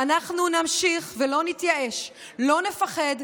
אנחנו נמשיך ולא נתייאש, לא נפחד.